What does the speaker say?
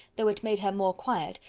though it made her more quiet,